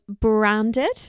branded